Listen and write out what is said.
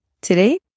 Today